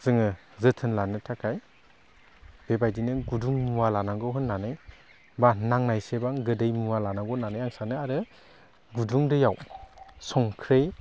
जोङो जोथोन लोनो थाखाय बेबायदिनो गुदुं मुवा लानांगौ होनानै बा नांनाय सिबां गोदै मुवा लानांगौ होनानै आं सोनो आरो गुदुं दैआव संख्रै